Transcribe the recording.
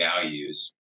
values